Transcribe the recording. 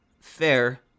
Fair